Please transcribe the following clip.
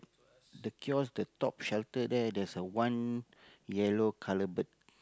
the kiosk the top shelter there there's a one yellow colour bird